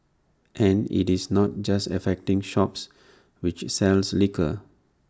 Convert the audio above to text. and IT is not just affecting shops which sells liquor